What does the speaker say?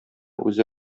үзе